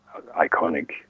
iconic